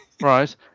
right